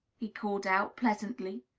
he called out, pleasantly.